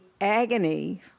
agony